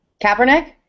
Kaepernick